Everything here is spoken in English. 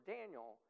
Daniel